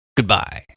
Goodbye